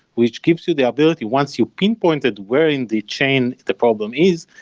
which gives you the ability, once you pinpointed where in the chain the problem is,